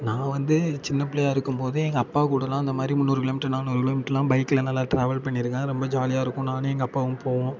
நான் வந்து சின்னப் பிள்ளையா இருக்கும்போது எங்கள் அப்பாக்கூடலாம் இந்தமாதிரி முந்நூறு கிலோமீட்ரு நானூறு கிலோமீட்ருலாம் பைக்கில் நல்லா ட்ராவல் பண்ணியிருக்கேன் ரொம்ப ஜாலியாக இருக்கும் நானும் எங்கள் அப்பாவும் போவோம்